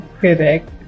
correct